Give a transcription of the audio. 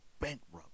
bankrupt